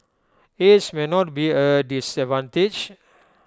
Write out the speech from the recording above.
age may not be A disadvantage